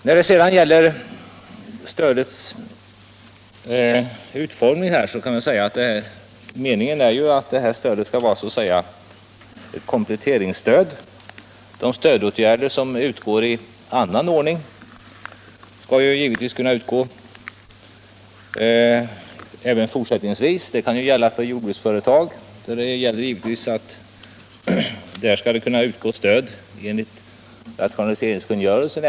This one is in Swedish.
I vad gäller utformningen av stödet är meningen att detta skall vara en komplettering till de stödåtgärder som vidtas i annan ordning. Dessa möjligheter skall givetvis finnas även fortsättningsvis. För jordbruksföretag skall stöd kunna utgå enligt rationaliseringskungörelsen.